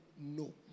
no